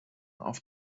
auf